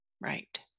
Right